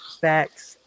facts